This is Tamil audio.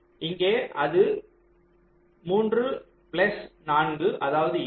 இங்கே அது 3 பிளஸ் 4 அதாவது 7